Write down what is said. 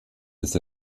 ist